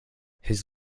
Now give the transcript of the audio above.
his